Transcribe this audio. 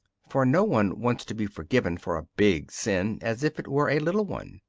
for no one wants to be forgiven for a big sin as if it were a little one.